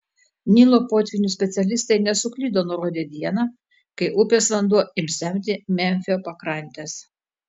nilo potvynių specialistai nesuklydo nurodę dieną kai upės vanduo ims semti memfio pakrantes